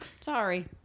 Sorry